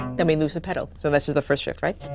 then we loose the pedal. so this is the first shift, right?